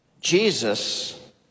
Jesus